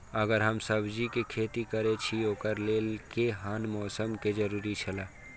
अगर हम सब्जीके खेती करे छि ओकरा लेल के हन मौसम के जरुरी छला?